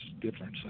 difference